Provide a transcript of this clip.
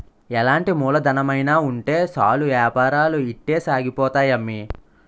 ఎలాంటి మూలధనమైన ఉంటే సాలు ఏపారాలు ఇట్టే సాగిపోతాయి అమ్మి